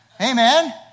Amen